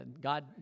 God